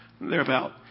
thereabout